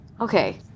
okay